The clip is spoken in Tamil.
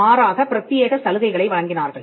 மாறாக பிரத்தியேக சலுகைகளை வழங்கினார்கள்